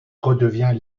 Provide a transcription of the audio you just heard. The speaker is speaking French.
redevient